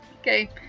Okay